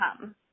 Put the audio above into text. come